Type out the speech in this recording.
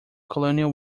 colonial